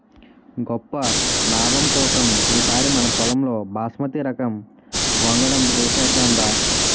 గొప్ప నాబం కోసం ఈ సారి మనపొలంలో బాస్మతి రకం వంగడం ఏసేద్దాంరా